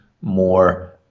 more